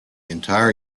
entire